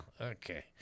okay